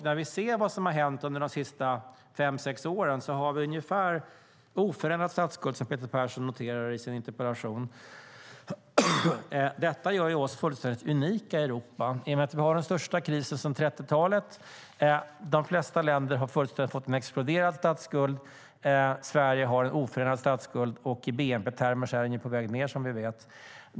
När vi tittar på vad som har hänt de senaste fem sex åren ser vi att vi har en ungefär oförändrad statsskuld, som Peter Persson noterar i sin interpellation. Detta gör oss fullständigt unika i Europa i och med att vi har den största krisen sedan 30-talet och de flesta länder har fått en fullständigt exploderad statsskuld. Sverige har en oförändrad statsskuld, och i bnp-termer är den på väg ned, som vi ju vet.